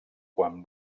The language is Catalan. quan